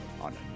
on